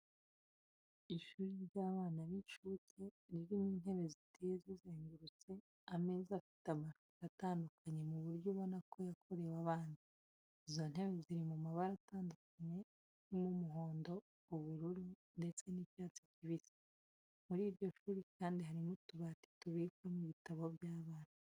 Ishuri ry'abana b'inshuke ririmo intebe ziteye zizengurutse ameza afite amashusho atandukanye mu buryo ubona ko yakorewe abana. Izo ntebe ziri mu mabara atandukanye harimo umuhondo, ubururu ndetse n'icyatsi kibisi. Muri iryo shuri kandi harimo utubati tubikwamo ibitabo by'abana.